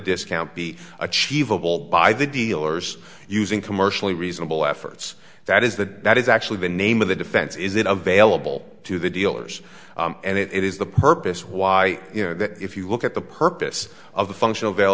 discount be achievable by the dealers using commercially reasonable efforts that is the that is actually the name of the defense is it available to the dealers and it is the purpose why you know that if you look at the purpose of the functional veil